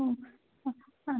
हं हं हां